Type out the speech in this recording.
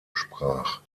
sprach